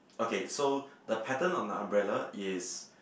okay so the pattern on the umbrella is